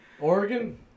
Oregon